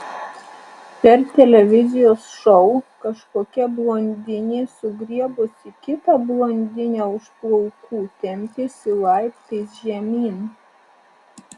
per televizijos šou kažkokia blondinė sugriebusi kitą blondinę už plaukų tempėsi laiptais žemyn